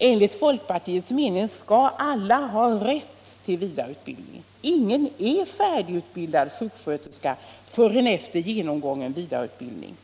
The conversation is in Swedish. Enligt folkpartiets mening skall alla ha rätt till vidareutbildning. Ingen är färdigutbildad sjuksköterska förrän efter genomgången vidareutbildning.